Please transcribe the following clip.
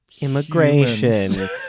Immigration